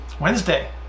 Wednesday